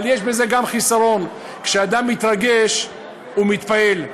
אבל יש בזה גם חיסרון: כשאדם מתרגש הוא מתפעל,